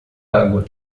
água